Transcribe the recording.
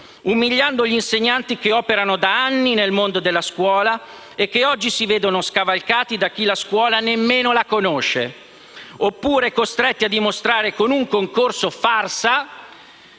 umiliato gli insegnanti che operano da anni nel mondo della scuola e che oggi si vedono scavalcati da chi la scuola nemmeno la conosce; oppure costretti a dimostrare, con un concorso farsa